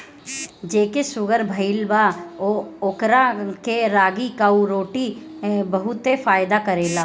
जेके शुगर भईल बा ओकरा के रागी कअ रोटी बहुते फायदा करेला